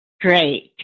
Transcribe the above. Great